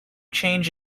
change